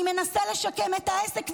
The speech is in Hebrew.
אני מנסה לשקם את העסק,